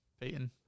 Peyton